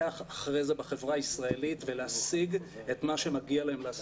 אחרי זה בחברה הישראלית ולהשיג את מה שמגיע להם להשיג.